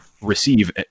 receive